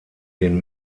den